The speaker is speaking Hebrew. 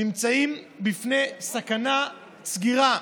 זה נמצא בפני סכנה סגירה.